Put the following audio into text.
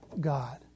God